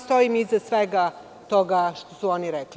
Stojim iza svega toga što su oni rekli.